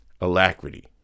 alacrity